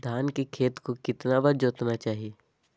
धान के खेत को कितना बार जोतना चाहिए?